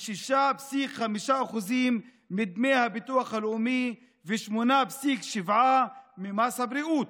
6.5% מדמי הביטוח הלאומי ו-8.7% ממס הבריאות.